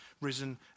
risen